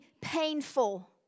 painful